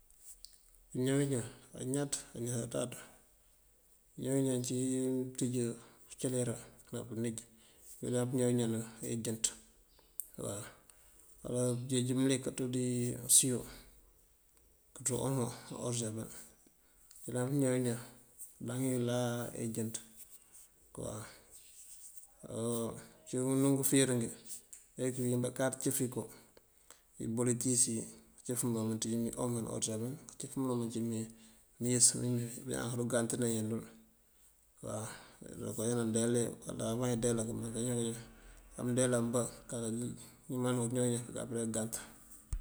Pëñaw iñan añaţ añaţátatum. Pëñaw iñan ací mëënţíj ucáalera uwala uníj mëyëlan pëñaw iñan injënţ waw. Uwala këënjeej mëlik kanţú dí usiw këënţú omo ná odësabël mëyëlan pëñaw iñan këëndaŋ iyëláa injënţ waw. uncí unú ngëëfirëngi leengi këwín bakáaţ cëf iko dí ibol ngëëtíis yi, këëcëf mul ţí omo o odësabel, këëcëf mul ţí mí mëëyës wím mee bañaan kadu gantëna iñan dël. Ruka já nandeela anáwume indeela amëëndee ambá mëëŋal bá pëñaw iñaan këëmaŋ keeñaw iñan apëre këëngant.